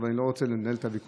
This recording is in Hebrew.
אבל אני לא רוצה לנהל את הוויכוח.